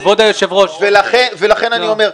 ולכן אני אומר: